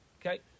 Okay